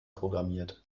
programmiert